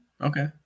Okay